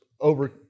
over